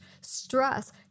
stress